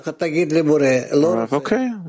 okay